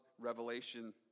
Revelation